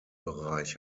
bereich